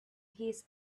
his